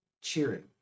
cheering